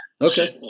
Okay